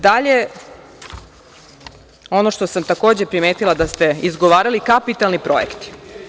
Dalje, ono što sam takođe primetila da ste izgovarali, kapitalni projekti.